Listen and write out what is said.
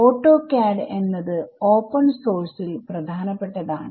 auto CAD എന്നത് open source ൽ പ്രധാനപ്പെട്ടതാണ്